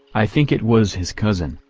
i think it was his cousin,